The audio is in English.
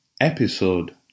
episode